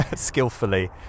skillfully